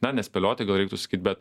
na ne spėlioti gal reiktų sakyt bet